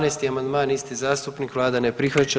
12. amandman isti zastupnik, vlada ne prihvaća.